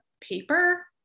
paper